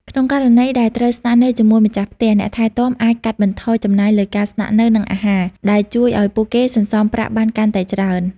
ក្នុងករណីដែលត្រូវស្នាក់នៅជាមួយម្ចាស់ផ្ទះ អ្នកថែទាំអាចកាត់បន្ថយចំណាយលើការស្នាក់នៅ និងអាហារ ដែលជួយឱ្យពួកគេសន្សំប្រាក់បានកាន់តែច្រើន។